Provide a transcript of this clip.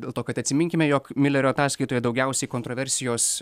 dėl to kad atsiminkime jog miulerio ataskaitoje daugiausiai kontroversijos